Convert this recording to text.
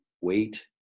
wait